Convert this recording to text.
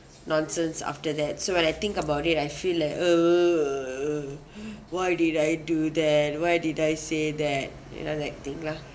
nonsense after that so when I think about it I feel like why did I do that why did I say that you know that thing lah